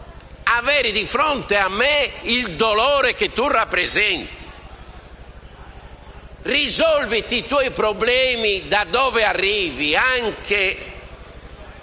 avere di fronte a me il dolore che tu rappresenti; risolviti i tuoi problemi da dove arrivi e, anche